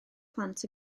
plant